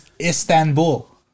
Istanbul